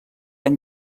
any